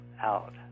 out